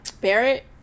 Barrett